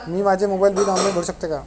मी माझे mobile bill online भरू शकते का?